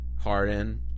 Harden